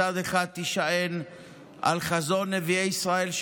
מצד אחד תישען על חזון נביאי ישראל,